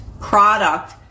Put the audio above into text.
product